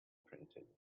printed